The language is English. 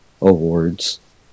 awards